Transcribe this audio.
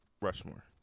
Rushmore